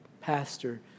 pastor